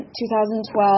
2012